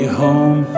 home